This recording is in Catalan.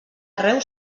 arreu